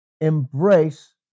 embrace